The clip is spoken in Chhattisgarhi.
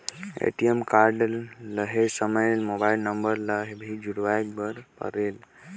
ए.टी.एम कारड लहे समय मोबाइल नंबर ला भी जुड़वाए बर परेल?